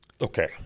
Okay